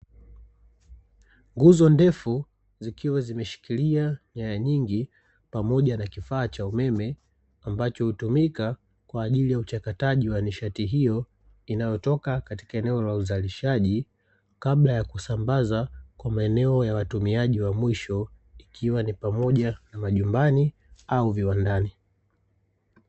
Nguzo ndefu zikiwa zimeshikilia nyaya nyingi pamoja na kifaa cha umeme, ambacho hutumika kwa ajili ya uchakataji wa nishati hiyo, inayotoka katika eneno la uzalishaji kabla ya kusambaza kwa maeneo ya watumiaji wa mwisho, ikiwa ni pamoja na majumbani au viwandani.